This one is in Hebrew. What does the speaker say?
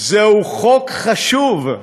זהו חוק חשוב.